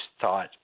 thought